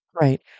Right